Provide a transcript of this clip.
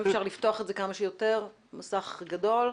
זאת המכת"זית בפעולה.